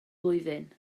blwyddyn